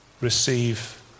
receive